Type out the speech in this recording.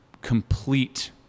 complete